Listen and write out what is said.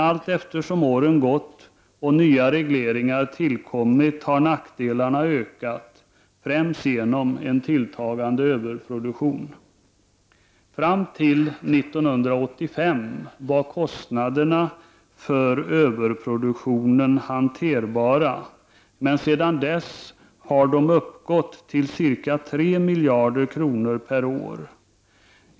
Allteftersom åren gått och nya regleringar tillkommit har dock nackdelarna ökat, främst genom en tilltagande överproduktion. Fram till 1985 var kostnaderna för överproduktionen hanterbara, men se dan dess har de ökat och uppgår nu till ca 3 miljarder kronor per år.